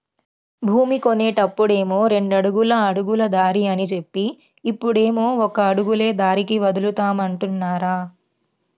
భూమి కొన్నప్పుడేమో రెండడుగుల అడుగుల దారి అని జెప్పి, ఇప్పుడేమో ఒక అడుగులే దారికి వదులుతామంటున్నారు